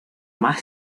más